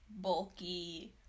bulky